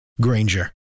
Granger